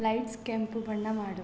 lights ಕೆಂಪು ಬಣ್ಣ ಮಾಡು